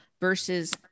versus